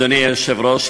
אדוני היושב-ראש,